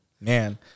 Man